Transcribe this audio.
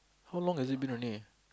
how long has it been already